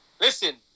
listen